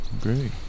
Great